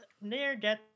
near-death